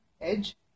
edge